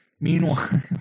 Meanwhile